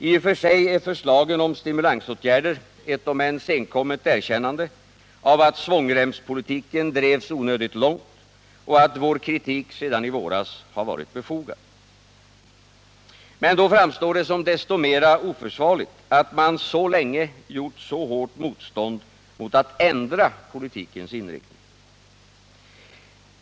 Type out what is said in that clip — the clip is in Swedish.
I och för sig är förslagen om stimulansåtgärder ett om än senkommet erkännande av att svångremspolitiken drivits onödigt långt och att vår kritik sedan i våras har varit befogad. Men då framstår det som desto mer oförsvarligt, att man så länge gjort så hårt motstånd mot att ändra politikens inriktning.